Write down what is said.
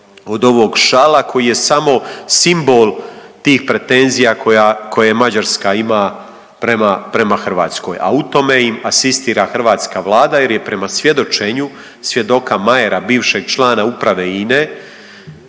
od ovog šala koji je samo simbol tih pretenzija koja, koje Mađarska ima prema, prema Hrvatskoj, a u tome im asistira hrvatska Vlada jer je prema svjedočenju svjedoka Mayera, bivšeg člana uprave INA-e,